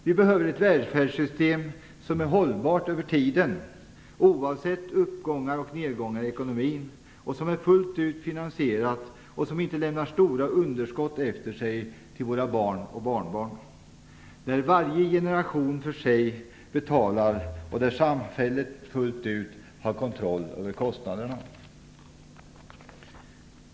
Vi behöver ett välfärdssystem som är hållbart över tiden och som oavsett upp eller nedgångar i ekonomin är fullt ut finansierat, som inte lämnar stora underskott efter sig till våra barn och barnbarn, ett system där varje generation betalar för sig och där samhället har full kontroll över kostnaderna.